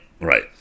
right